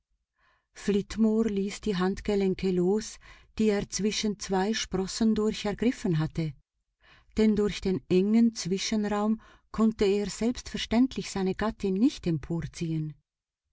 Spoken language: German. ließ die handgelenke los die er zwischen zwei sprossen durch ergriffen hatte denn durch den engen zwischenraum konnte er selbstverständlich seine gattin nicht emporziehen